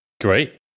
Great